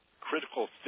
critical